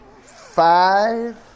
five